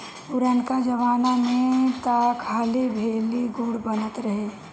पुरनका जमाना में तअ खाली भेली, गुड़ बनत रहे